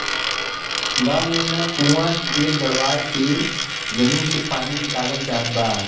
गांव में नल, कूंआ, टिबेल गड़वाई के जमीनी से पानी निकालल जात बा